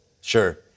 Sure